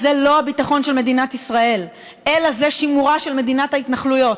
זה לא הביטחון של מדינת ישראל אלא זה שימורה של מדינת ההתנחלויות,